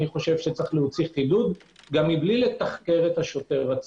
אני חושב שצריך להוציא חידוד גם מבלי לתחקר את השוטר עצמו.